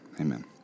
amen